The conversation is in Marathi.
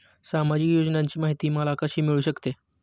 सामाजिक योजनांची माहिती मला कशी मिळू शकते?